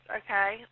okay